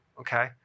okay